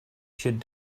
should